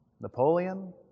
Napoleon